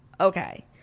Okay